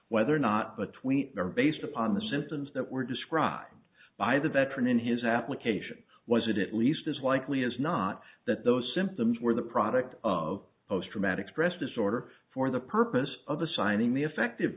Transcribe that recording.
whether or not the tweet based upon the symptoms that were described by the veteran in his application was that it least as likely as not that those symptoms were the product of post traumatic stress disorder for the purpose of assigning the effective